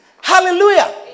Hallelujah